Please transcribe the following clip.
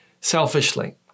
selfishly